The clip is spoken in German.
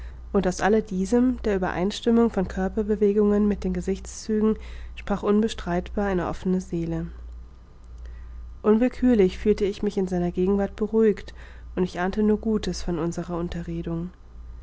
und aus alle diesem der uebereinstimmung von körperbewegungen mit den gesichtszügen sprach unbestreitbar eine offene seele unwillkürlich fühlte ich mich in seiner gegenwart beruhigt und ich ahnte nur gutes von unserer unterredung